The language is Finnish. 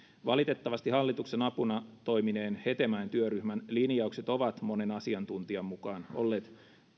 valitettavasti hallituksen apuna toimineen hetemäen työryhmän linjaukset ovat monen asiantuntijan mukaan olleet